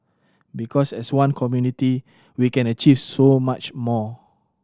because as one community we can achieve so much more